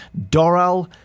Doral